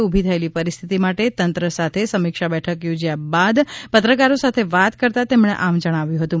ઊભી થયેલી પરિસ્થિતી માટે તંત્ર સાથે સમિક્ષા બેઠક યોજયા બાદ પત્રકારો સાથે વાત કરતાં તેમણે આમ જણાવ્યુ હતું